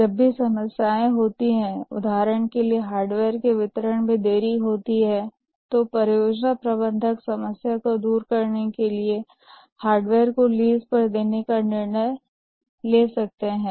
जब भी समस्याएँ होती हैं उदाहरण के लिए हार्डवेयर के वितरण में देरी होती है तो परियोजना प्रबंधक समस्या को दूर करने के लिए हार्डवेयर को लीज पर देने का निर्णय ले सकता है